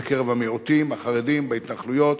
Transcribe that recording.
בקרב המיעוטים, החרדים, בהתנחלויות,